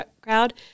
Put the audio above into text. crowd